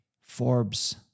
Forbes